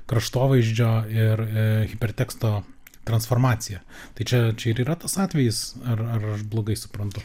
kraštovaizdžio ir hiperteksto transformaciją tai čia čia ir yra tas atvejis ar ar aš blogai suprantu